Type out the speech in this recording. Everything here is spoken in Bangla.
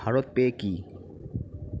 ভারত পে কি?